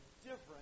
different